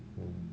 mm